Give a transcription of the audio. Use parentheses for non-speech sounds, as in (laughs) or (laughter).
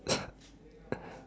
(laughs)